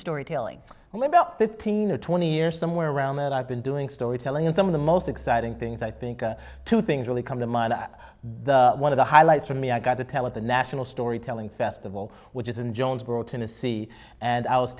storytelling only about fifteen or twenty years somewhere around that i've been doing storytelling and some of the most exciting things i think two things really come to mind the one of the highlights for me i got to tell at the national storytelling festival which is in jonesborough tennessee and i was